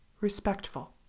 respectful